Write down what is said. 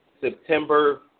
September